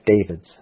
David's